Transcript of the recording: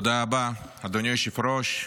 תודה רבה, אדוני היושב-ראש.